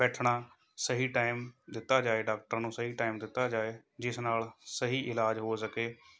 ਬੈਠਣਾ ਸਹੀ ਟਾਈਮ ਦਿੱਤਾ ਜਾਏ ਡਾਕਟਰਾਂ ਨੂੰ ਸਹੀ ਟਾਈਮ ਦਿੱਤਾ ਜਾਏ ਜਿਸ ਨਾਲ਼ ਸਹੀ ਇਲਾਜ ਹੋ ਸਕੇ